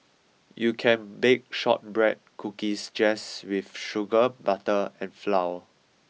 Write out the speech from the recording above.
you can bake shortbread cookies just with sugar butter and flour